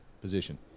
position